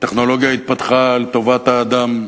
הטכנולוגיה התפתחה לטובת האדם,